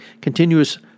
continuous